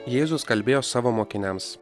jėzus kalbėjo savo mokiniams